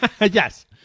Yes